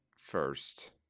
first